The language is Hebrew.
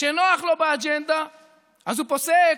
כשנוח לו באג'נדה אז הוא פוסק,